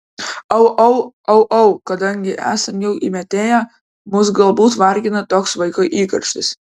au au au au kadangi esam jau įmetėję mus galbūt vargina toks vaiko įkarštis